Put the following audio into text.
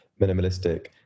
minimalistic